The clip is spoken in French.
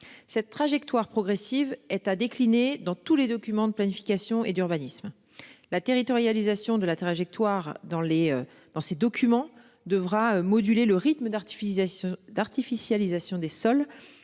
Cette trajectoire progressive, elle a décliné dans tous les documents de planification et d'urbanisme la territorialisation de la trajectoire dans les, dans ces documents devra moduler le rythme d'artifice. D'artificialisation des sols